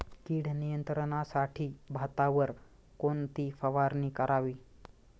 कीड नियंत्रणासाठी भातावर कोणती फवारणी करावी?